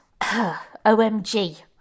OMG